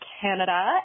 Canada